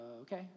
okay